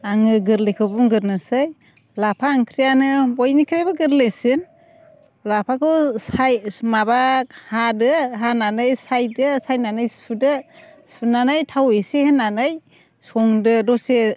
आङो गोरलैखौ बुंग्रोनोसै लाफा ओंख्रियानो बयनिख्रुयबो गोरलैसिन लाफाखौ साइ माबा हादो हानानै सायदो सायनानै सुदो सुनानै थाव एसे होनानै संदो दसे